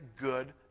good